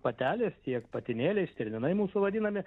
patelės tiek patinėliai stirninai mūsų vadinami